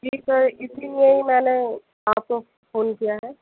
جی sir اسی لیے ہی میں نے آپ کو فون کیا ہے